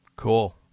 Cool